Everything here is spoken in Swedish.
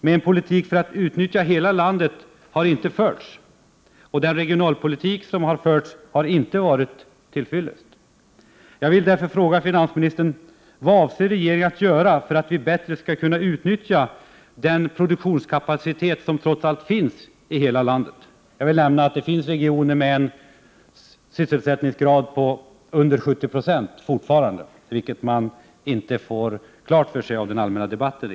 Men en politik för att utnyttja hela landet har inte förts, och den regionalpolitik som förts har inte varit till fyllest. Jag vill därför fråga finansministern: Vad avser regeringen att göra för att vi bättre skall kunna utnyttja den produktionskapacitet som trots allt finns i hela landet? Jag vill nämna att det finns regioner som fortfarande har en sysselsättningsgrad under 70 96, vilket man inte får riktigt klart för sig av den allmänna debatten.